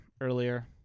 earlier